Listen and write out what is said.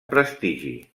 prestigi